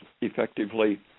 effectively